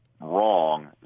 wrong